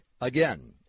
Again